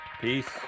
peace